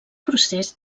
procés